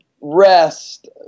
rest